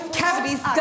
cavities